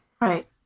Right